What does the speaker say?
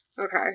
Okay